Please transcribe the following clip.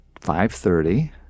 5.30